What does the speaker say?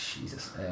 Jesus